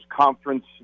conference